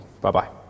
Bye-bye